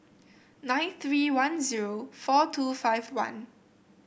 nine three one zero four two five one